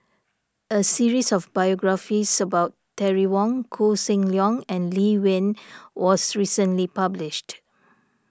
a series of biographies about Terry Wong Koh Seng Leong and Lee Wen was recently published